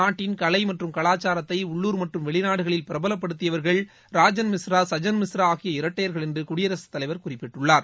நாட்டின் கலை மற்றும் கலாச்சாரத்தை உள்ளுர் மற்றும் வெளிநாடுகளில் பிரபலப்படுத்தியவர்கள் ராஜன் மிஸ்ரா சஜன் மிஸ்ரா ஆகிய இரட்டையர்கள் என்று குடியரசு தலைவர் குறிப்பிட்டுள்ளார்